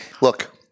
Look